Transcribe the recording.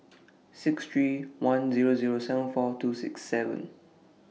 six three one Zero Zero seven four two six seven